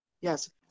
Yes